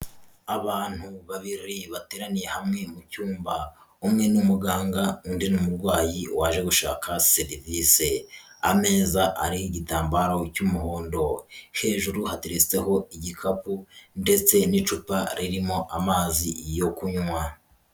Abantu babiri bateraniye hamwe mu cyumba. Umwe ni umuganga, undi ni umurwayi waje gushaka serivise. Ameza ariho igitambaro cy'umuhondo, hejuru hateretseho igikapu ndetse n'icupa ririmo amazi yo kunywa.